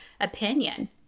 opinion